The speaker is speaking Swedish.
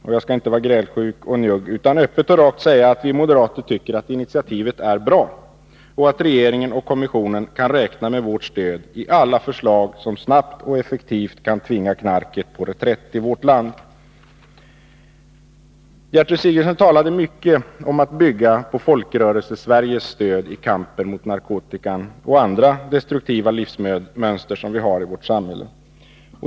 Jag skall inte vara grälsjuk och njugg utan öppet och rakt säga att vi moderater tycker att initiativet är bra och att regeringen och kommissionen kan räkna med vårt stöd i alla förslag som snabbt och effektivt kan tvinga knarket till reträtt i vårt land. Gertrud Sigurdsen talade mycket om att bygga på Folkrörelsesveriges stöd i kampen mot narkotika och andra destruktiva livsmönster som vi har i vårt samhälle.